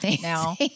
now